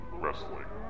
wrestling